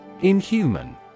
Inhuman